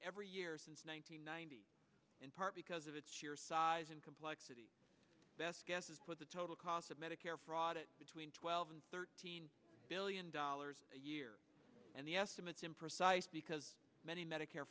every year since one thousand nine hundred in part because of its sheer size and complexity best guess is put the total cost of medicare fraud it between twelve and thirteen billion dollars a year and the estimates imprecise because many medicare